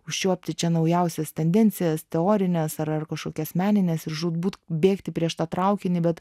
užčiuopti čia naujausias tendencijas teorines ar kažkokias menines ir žūtbūt bėgti prieš tą traukinį bet